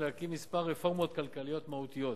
להקים כמה רפורמות כלכליות מהותיות